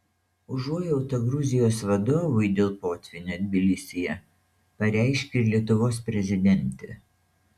užuojautą gruzijos vadovui dėl potvynio tbilisyje pareiškė ir lietuvos prezidentė